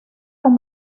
com